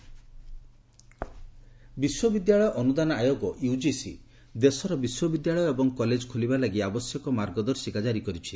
UGC guideline ବିଶ୍ୱବିଦ୍ୟାଳୟ ଅନୁଦାନ ଆୟୋଗ ୟୁକିସି ଦେଶର ବିଶ୍ୱବିଦ୍ୟାଳୟ ଏବଂ କଲେକ୍ ଖୋଲିବା ଲାଗି ଆବଶ୍ୟକ ମାର୍ଗଦର୍ଶିକା ଜାରି କରିଛି